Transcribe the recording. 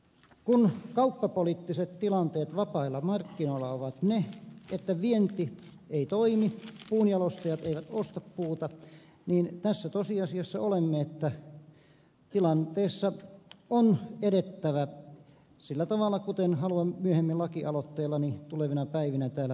kun kauppapoliittiset tilanteet vapailla markkinoilla ovat sellaiset että vienti ei toimi puunjalostajat eivät osta puuta niin tässä tosiasiassa olemme että tilanteessa on edettävä sillä tavalla kuin haluan myöhemmin lakialoitteellani tulevina päivinä täällä esille tuoda